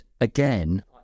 again